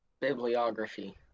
Bibliography